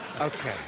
Okay